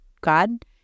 god